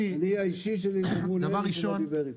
האישי שלי זה מול אלי שלא דיבר איתי.